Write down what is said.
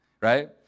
right